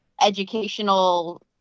educational